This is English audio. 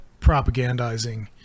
propagandizing